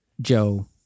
Joe